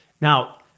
Now